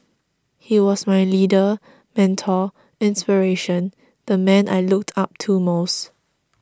he was my leader mentor inspiration the man I looked up to most